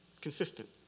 Consistent